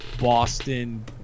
Boston